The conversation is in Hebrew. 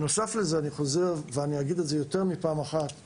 בנוסף, אני אגיד יותר מפעם אחת בדיווח,